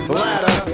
ladder